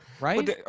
right